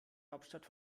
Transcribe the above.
hauptstadt